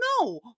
No